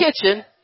kitchen